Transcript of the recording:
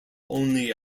only